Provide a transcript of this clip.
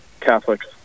Catholics